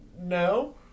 No